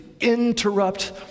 interrupt